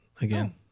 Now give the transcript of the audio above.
again